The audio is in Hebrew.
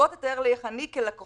תתאר לי איך אני כלקוחה,